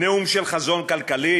נאום של חזון כלכלי,